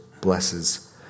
blesses